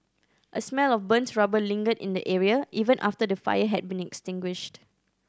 a smell of burnt rubber lingered in the area even after the fire had been extinguished